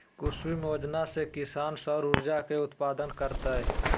कुसुम योजना से किसान सौर ऊर्जा के उत्पादन करतय